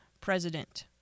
president